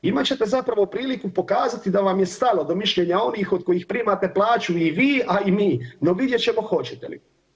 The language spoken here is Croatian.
Imat ćete zapravo priliku pokazati da vam je stalo do mišljenja onih od kojih primate plaću i vi, a i mi, no vidjet ćemo hoćete li.